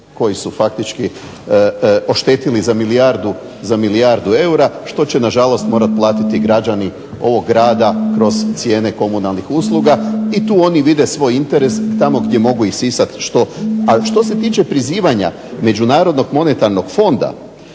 koji su faktički oštetili za milijardu eura što će nažalost morati platiti građani ovog grada kroz cijene komunalnih usluga i tu oni vide svoj interes tamo gdje mogu isisat. A što se tiče prizivanja Međunarodnog monetarnog fonda,